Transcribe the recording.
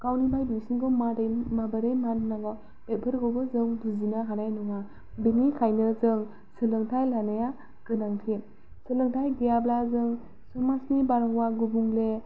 गावनिफ्राय दुइसिनखौ मादि माबोरै मान होनांगौ बेफोरखौबो जों बुजिनो हानाय नङा बेनिखायनो जों सोलोंथाय लानाया गोनांथि सोलोंथाय गैयाब्ला जों समाजनि बारहावा गुबुंले